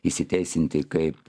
įsiteisinti kaip